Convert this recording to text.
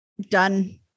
Done